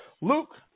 Luke